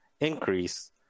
increase